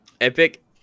Epic